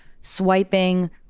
swiping